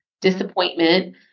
disappointment